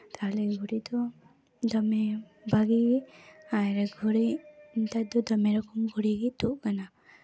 ᱛᱟᱦᱚᱞᱮ ᱜᱷᱩᱲᱤ ᱫᱚ ᱫᱚᱢᱮ ᱵᱷᱟᱜᱮ ᱟᱨ ᱜᱷᱩᱲᱤ ᱱᱮᱛᱟᱨ ᱫᱚ ᱫᱚᱢᱮ ᱨᱚᱠᱚᱢ ᱜᱷᱩᱲᱤ ᱜᱮ ᱛᱩᱜ ᱠᱟᱱᱟ